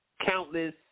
countless